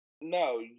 No